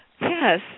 Yes